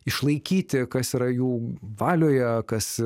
išlaikyti kas yra jų valioje kas